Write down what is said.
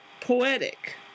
poetic